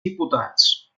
diputats